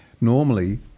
normally